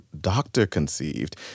doctor-conceived